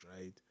right